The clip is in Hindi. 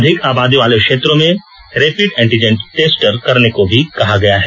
अधिक आबादी वाले क्षेत्रों में रेपिड एंटीजन टेस्ट करने को भी कहा गया है